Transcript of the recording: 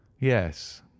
yes